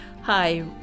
Hi